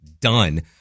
done